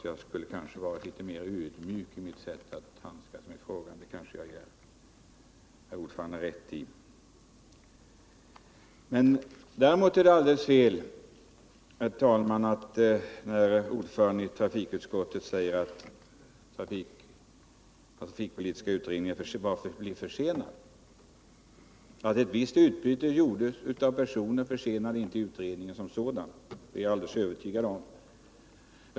Jag skulle kanske ha varit litet mera ödmjuk i mitt sätt att handskas med frågan, det ger jag herr ordföranden rätt i. Däremot är det alldeles fel, herr talman, när ordföranden i trafikutskottet säger att trafikpolitiska utredningen blivit försenad. Att ett visst" utbyte gjordes av personer försenade inte utredningen som sådan, det är jag alldeles övertygad om.